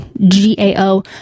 G-A-O